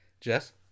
Jess